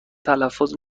تلفظ